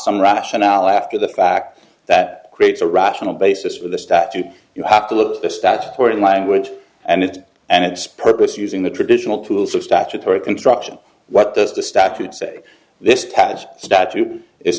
some rationale after the fact that creates a rational basis for the statute you have to look at the statutory language and its and its purpose using the traditional tools of statutory construction what does the statute say this package statute is